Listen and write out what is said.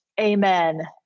amen